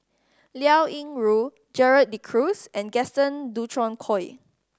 Liao Yingru Gerald De Cruz and Gaston Dutronquoy